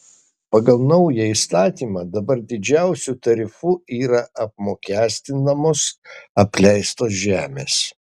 pagal naują įstatymą dabar didžiausiu tarifu yra apmokestinamos apleistos žemės